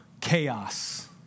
chaos